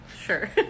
Sure